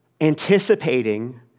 anticipating